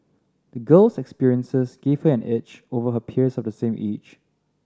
the girl's experiences gave her an edge over her peers of the same age